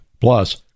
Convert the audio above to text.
Plus